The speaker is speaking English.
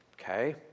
Okay